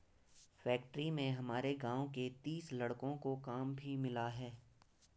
factory में हमारे गांव के तीस लड़कों को काम भी मिला है